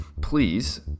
please